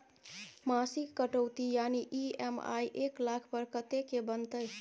मासिक कटौती यानी ई.एम.आई एक लाख पर कत्ते के बनते?